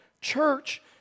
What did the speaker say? church